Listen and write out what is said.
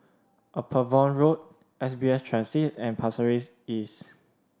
Upavon Road S B S Transit and Pasir Ris East